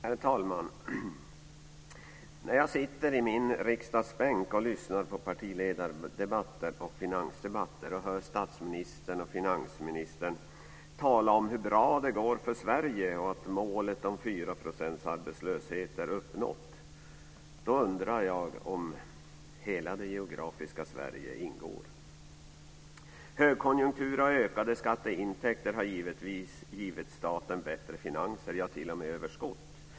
Herr talman! När jag sitter i min riksdagsbänk och lyssnar på partiledardebatter och finansdebatter och hör statsministern och finansministern tala om hur bra det går för Sverige och om att målet om 4 % arbetslöshet är uppnått undrar jag om hela det geografiska Högkonjunktur och ökade skatteintäkter har givetvis givit staten bättre finanser, ja t.o.m. överskott.